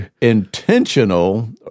intentional